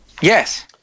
Yes